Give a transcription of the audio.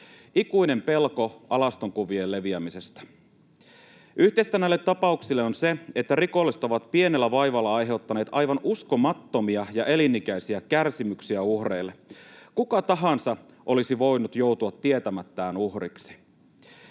Ikuinen pelko alastonkuvien leviämisestä. Yhteistä näille tapauksille on se, että rikolliset ovat pienellä vaivalla aiheuttaneet aivan uskomattomia ja elinikäisiä kärsimyksiä uhreille. Kuka tahansa olisi voinut joutua tietämättään uhriksi.